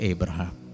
Abraham